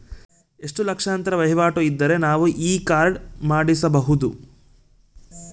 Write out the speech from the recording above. ಎಷ್ಟು ಲಕ್ಷಾಂತರ ವಹಿವಾಟು ಇದ್ದರೆ ನಾವು ಈ ಕಾರ್ಡ್ ಮಾಡಿಸಬಹುದು?